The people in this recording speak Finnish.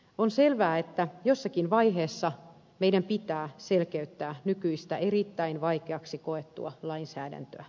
on selvää että jossakin vaiheessa meidän pitää selkeyttää nykyistä erittäin vaikeaksi koettua lainsäädäntöä